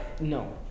no